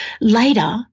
later